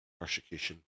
persecution